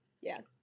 Yes